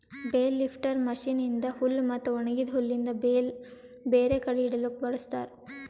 bale lifter machine ಇಂದಾ ಹುಲ್ ಮತ್ತ ಒಣಗಿದ ಹುಲ್ಲಿಂದ್ ಬೇಲ್ ಬೇರೆ ಕಡಿ ಇಡಲುಕ್ ಬಳ್ಸತಾರ್